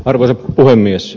arvoisa puhemies